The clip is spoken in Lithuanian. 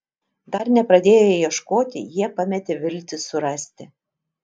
dar nepradėję ieškoti jie pametė viltį surasti